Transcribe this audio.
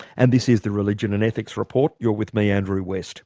and this is the religion and ethics report. you're with me, andrew west